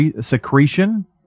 secretion